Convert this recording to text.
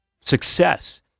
success